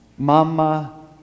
Mama